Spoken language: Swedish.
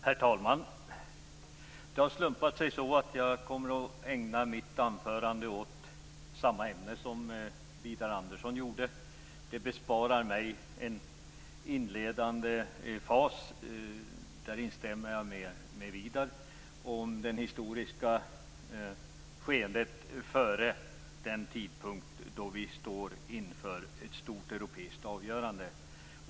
Herr talman! Det har slumpat sig så att jag kommer att ägna mitt anförande åt samma ämne som det som togs upp av Widar Andersson. Därmed kan jag avstå från ett inledande avsnitt och instämma med Widar Andersson vad gäller det historiska skeendet före den tidpunkt då vi står inför ett stort europeiskt avgörande.